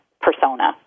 persona